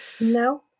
no